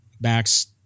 Max